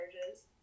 charges